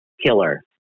killer